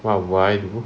what would I do